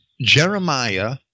Jeremiah